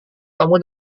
kamu